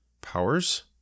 Powers